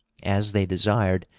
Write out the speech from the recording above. as they desired,